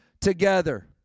together